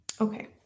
Okay